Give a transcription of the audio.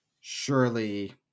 surely